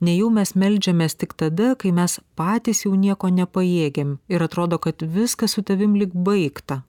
nejau mes meldžiamės tik tada kai mes patys jau nieko nepajėgiam ir atrodo kad viskas su tavim lyg baigta